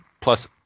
Plus